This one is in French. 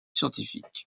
scientifique